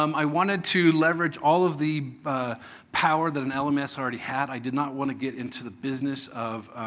um i wanted to leverage all of the power that an um lms already had. i did not want to get into the business of